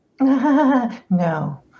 No